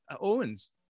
Owens